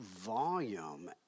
volume